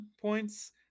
points